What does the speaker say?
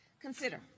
Consider